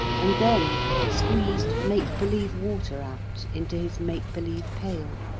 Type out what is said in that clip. and then squeezed make-believe water out into his make-believe pail,